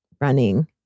running